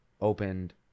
opened